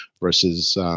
Versus –